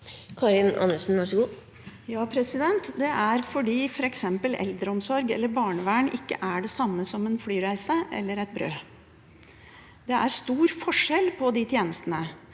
Karin Andersen (SV) Det er fordi f.eks. eldreomsorg eller barnevern ikke er det samme som en flyreise eller et brød. Det er stor forskjell på de tjenestene.